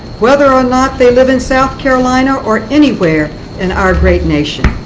whether or not they live in south carolina or anywhere in our great nation,